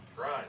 Right